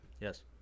Yes